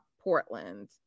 Portland